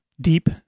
deep